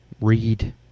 read